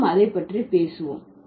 நாம் அதை பற்றி பேசுவோம்